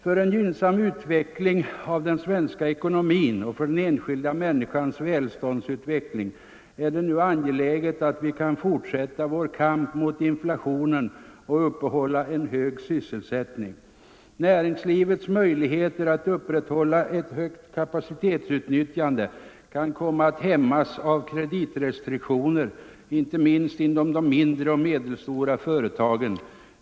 För en gynnsam utveckling av den svenska ekonomin och för den enskilda människans välståndsutveckling är det nu angeläget att vi kan fortsätta vår kamp mot inflationen och upprätthålla en hög sysselsättning. Näringslivets möjligheter till högt kapacitetsutnyttjande kan komma att hämmas av kreditrestriktioner, inte minst inom de mindre och medelstora företagen.